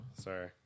Sorry